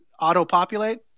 auto-populate